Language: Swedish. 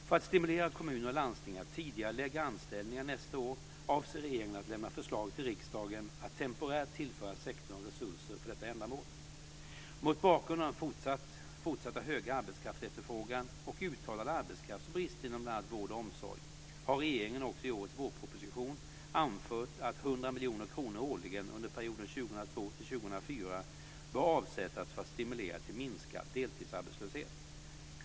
För att stimulera kommuner och landsting att tidigarelägga anställningar nästa år avser regeringen att lämna förslag till riksdagen om att temporärt tillföra sektorn resurser för detta ändamål. Mot bakgrund av den fortsatta höga arbetskraftefterfrågan och uttalad arbetskraftsbrist inom bl.a. vård och omsorg har regeringen också i årets vårproposition anfört att 100 miljoner kronor årligen under perioden 2002-2004 bör avsättas för att stimulera till minskad deltidsarbetslöshet.